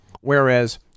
Whereas